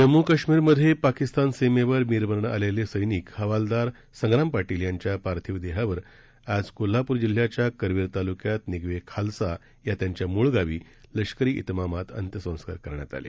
जम्मू काश्मीरमध्ये पाकिस्तान सीमेवर वीरमरण आलेले सैनिक हवालदार संग्राम पाटील यांच्या पार्थिव देहावर आज कोल्हापूर जिल्ह्याच्या करवीर तालुक्यात निगवे खालसा या त्यांच्या मूळ गावी लष्करी त्रिमामात अंत्यसंस्कार करण्यात आले